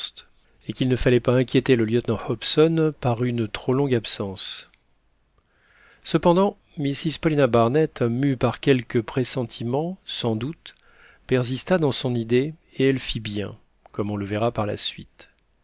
et qu'il ne fallait pas inquiéter le lieutenant hobson par une trop longue absence cependant mrs paulina barnett mue par quelque pressentiment sans doute persista dans son idée et elle fit bien comme on le verra par la suite